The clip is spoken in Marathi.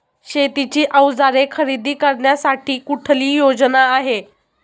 शेतीची अवजारे खरेदी करण्यासाठी कुठली योजना आहे?